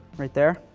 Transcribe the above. right there.